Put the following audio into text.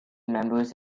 members